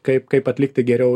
kaip kaip atlikti geriau